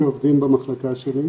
שעובדים במחלקה שלי,